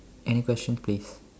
any questions please